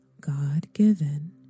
God-given